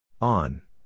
On